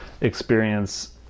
experience